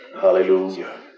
Hallelujah